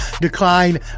decline